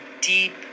deep